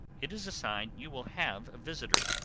it is a sign you will have a visitor.